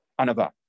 anava